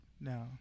No